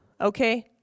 okay